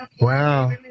Wow